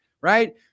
right